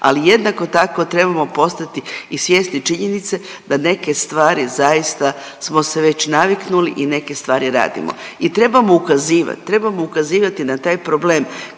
ali jednako tako trebamo postati i svjesni činjenice da na neke stvari zaista smo se već naviknuli i neke stvari radimo i trebamo ukazivat, trebamo